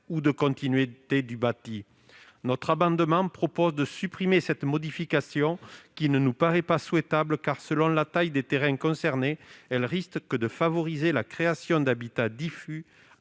ni de continuité du bâti. Au travers de cet amendement, nous proposons de supprimer cette modification, qui ne nous paraît pas souhaitable, car, selon la taille des terrains concernés, elle risque de favoriser la création d'habitats diffus